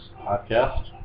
podcast